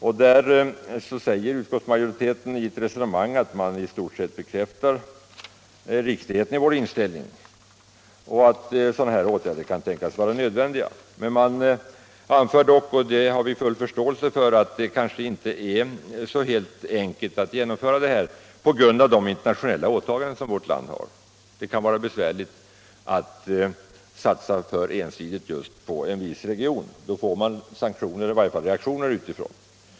Om det säger utskottsmajoriteten att man i stort sett bekräftar riktigheten i vår inställning och att sådana här åtgärder kan tänkas vara nödvändiga. Man anför dock — och det har vi full förståelse för — att det kanske inte är så enkelt att genomföra det på grund av vårt lands internationella åtaganden. Det kan vara besvärligt att satsa för ensidigt på en viss region. Då får man sanktioner eller i varje fall reaktioner utifrån.